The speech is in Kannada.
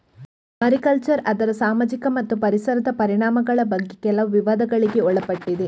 ಮಾರಿಕಲ್ಚರ್ ಅದರ ಸಾಮಾಜಿಕ ಮತ್ತು ಪರಿಸರದ ಪರಿಣಾಮಗಳ ಬಗ್ಗೆ ಕೆಲವು ವಿವಾದಗಳಿಗೆ ಒಳಪಟ್ಟಿದೆ